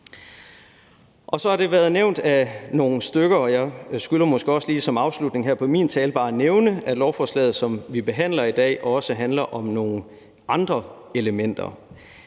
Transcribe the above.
opbakning om lovforslaget her. Og jeg skylder måske også lige som afslutning på min tale her bare at nævne, at lovforslaget, som vi behandler i dag, også handler om nogle andre elementer.